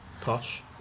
Posh